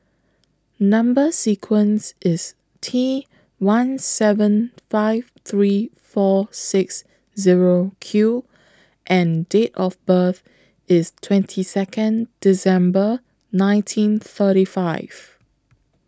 Number sequence IS T one seven five three four six Zero Q and Date of birth IS twenty Second December nineteen thirty five